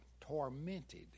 tormented